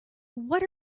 what